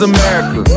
America